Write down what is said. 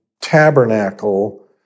tabernacle